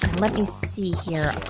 let me see here.